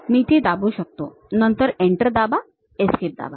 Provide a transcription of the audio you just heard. मी ती दाबू शकतो नंतर एंटर दाबा एस्केप दाबा